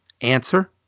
answer